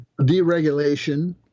Deregulation